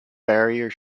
barrier